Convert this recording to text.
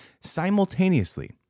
simultaneously